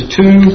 two